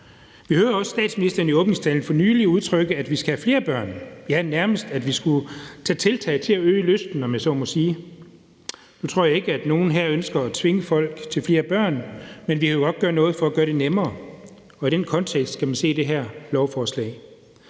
Vi hørte også statsministeren i åbningstalen for nylig udtrykke, at vi skal have flere børn, ja, nærmestat vi skulle tage tiltag til at øge lysten, om jeg så må sige. Nu tror jeg ikke, at nogen her ønsker at tvinge folk til at få flere børn, men vi kan godt gøre noget for at gøre det nemmere, og i den kontekst skal man se det her lovforslag.